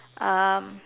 um